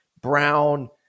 Brown